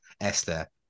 Esther